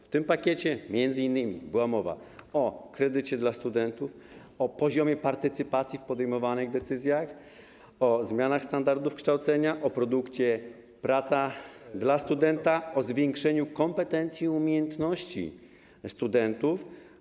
W tym pakiecie m.in. była mowa o kredycie dla studentów, o poziomie partycypacji w podejmowanych decyzjach, o zmianach standardów kształcenia, o produkcie: praca dla studenta, o zwiększeniu kompetencji i umiejętności studentów.